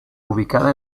ubicada